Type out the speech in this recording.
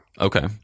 Okay